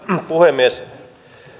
puhemies